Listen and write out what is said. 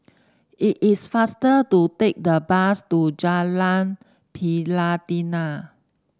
it is faster to take the bus to Jalan Pelatina